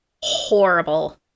Horrible